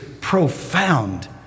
profound